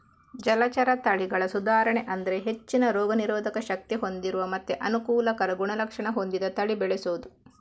ಜಲಚರ ತಳಿಗಳ ಸುಧಾರಣೆ ಅಂದ್ರೆ ಹೆಚ್ಚಿನ ರೋಗ ನಿರೋಧಕ ಶಕ್ತಿ ಹೊಂದಿರುವ ಮತ್ತೆ ಅನುಕೂಲಕರ ಗುಣಲಕ್ಷಣ ಹೊಂದಿದ ತಳಿ ಬೆಳೆಸುದು